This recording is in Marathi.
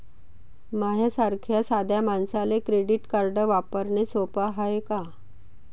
माह्या सारख्या साध्या मानसाले क्रेडिट कार्ड वापरने सोपं हाय का?